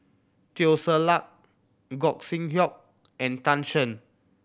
Teo Ser Luck Gog Sing Hooi and Tan Shen